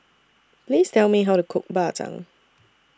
Please Tell Me How to Cook Bak Chang